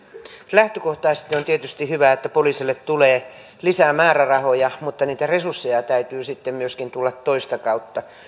lähtökohtaisesti on tietysti hyvä että poliisille tulee lisää määrärahoja mutta niitä resursseja täytyy sitten myöskin tulla toista kautta